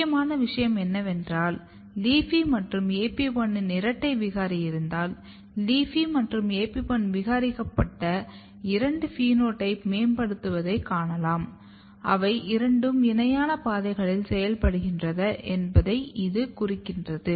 முக்கியமான விஷயம் என்னவென்றால் LEAFY மற்றும் AP1 இன் இரட்டை விகாரி இருந்தால் LEAFY மற்றும் AP1 விகாரிக்கப்பட்ட இரண்டின் பினோடைப் மேம்படுத்தப்படுவதைக் காணலாம் அவை இரண்டும் இணையான பாதைகளில் செயல்படுகின்றன என்பதை இது குறிக்கின்றது